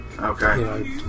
okay